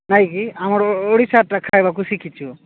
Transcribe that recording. ନାଇଁକି ଆମର ଓଡ଼ିଶାଟା ଖାଇବାକୁ ଶିଖିଛୁ